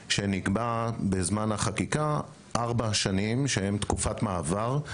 בזמן החקיקה נקבע תקופת מעבר של ארבע שנים,